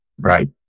Right